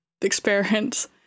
experience